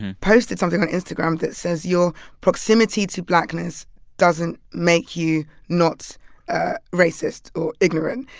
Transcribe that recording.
posted something on instagram that says your proximity to blackness doesn't make you not racist or ignorant.